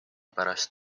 pärast